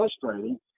frustrating